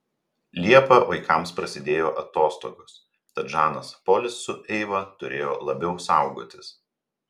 liepą vaikams prasidėjo atostogos tad žanas polis su eiva turėjo labiau saugotis